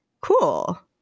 cool